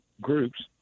groups